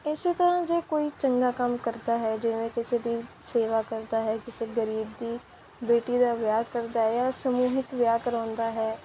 ਇਸ ਤਰ੍ਹਾਂ ਜੇ ਕੋਈ ਚੰਗਾ ਕੰਮ ਕਰਦਾ ਹੈ ਜਿਵੇਂ ਕਿਸੇ ਦੀ ਸੇਵਾ ਕਰਦਾ ਹੈ ਕਿਸੇ ਗਰੀਬ ਦੀ ਬੇਟੀ ਦਾ ਵਿਆਹ ਕਰਦਾ ਜਾਂ ਸਮੂਹਿਕ ਵਿਆਹ ਕਰਵਾਉਂਦਾ ਹੈ